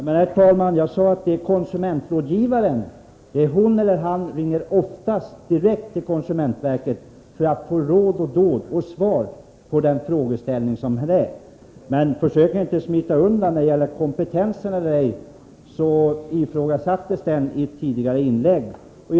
Herr talman! Jag sade att konsumentrådgivaren — hon eller han — oftast ringer direkt till konsumentverket för att få råd och dåd samt svar i olika frågor. Men försök inte smita undan när det gäller frågan om de har kompetens eller ej! I ett tidigare inlägg ifrågasattes denna.